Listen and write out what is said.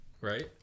Right